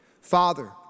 Father